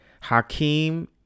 hakeem